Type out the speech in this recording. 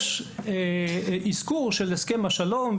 א׳ - כאן יש אזכור של הסכם השלום,